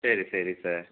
சரி சரி சார்